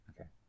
Okay